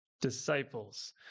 disciples